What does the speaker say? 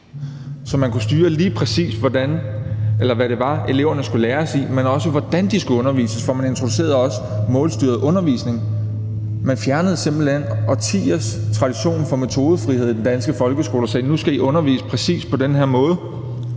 så man kunne styre, lige præcis hvad det var, eleverne skulle undervises i, men også hvordan de skulle undervises, for man introducerede også målstyret undervisning. Man fjernede simpelt hen årtiers tradition for metodefrihed i den danske folkeskole og sagde til lærerne: Nu skal I undervise præcis på den her måde.